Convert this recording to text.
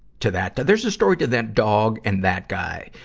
to that, there's a story to that dog and that guy.